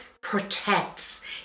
protects